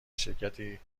شرکتی